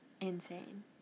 insane